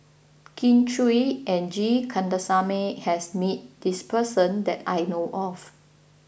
Kin Chui and G Kandasamy has met this person that I know of